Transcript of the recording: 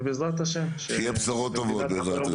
ובעזרת השם --- שיהיו בשורות טובות, בעזרת השם.